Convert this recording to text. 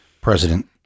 President